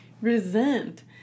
resent